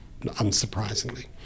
unsurprisingly